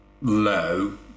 low